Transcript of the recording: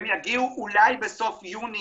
הם יגיעו אולי בסוף יוני,